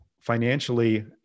financially